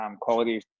quality